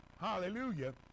hallelujah